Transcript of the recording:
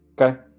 Okay